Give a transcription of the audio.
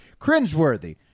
cringeworthy